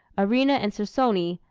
arena and cerconi,